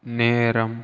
நேரம்